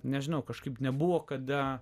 nežinau kažkaip nebuvo kada